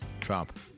Trump